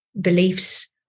beliefs